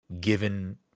given